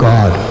God